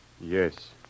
Yes